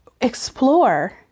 explore